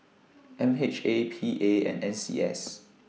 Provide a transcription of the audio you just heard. M H A P A and N C S